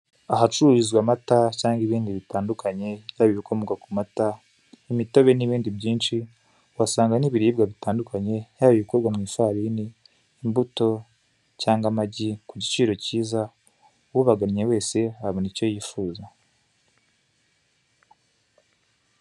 Ahacururizwa amata cyangwa ibindi bitandukanye, byaba ibikomoka ku mata, imitobe n'ibindi byinshi, uhasanga n'ibiribwa bitandukanye, yaba ibikorwa mu ifarini, imbuto cyangwa amagi ku giciro cyiza, uhagannye wese abona icyo yifuza.